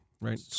right